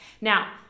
Now